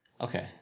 Okay